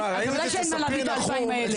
אין מה להביא את האלפיים האלה.